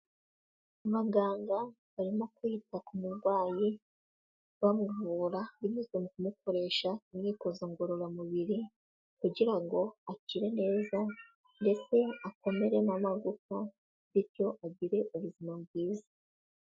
Abaganga barimo kwita ku murwayi bamuvura binyuze mu kumukoresha imyitozo ngororamubiri kugira ngo akire neza ndetse akomere n'amagufa, bityo agire ubuzima bwiza.